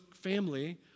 family